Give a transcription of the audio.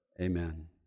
Amen